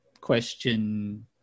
question